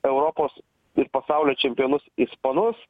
europos ir pasaulio čempionus ispanus